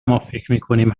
مافکرمیکنیم